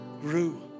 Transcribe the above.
grew